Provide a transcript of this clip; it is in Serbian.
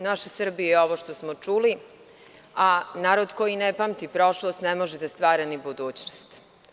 Naša Srbija je ovo što smo čuli a narod koji ne pamti prošlost ne može da stvara ni budućnost.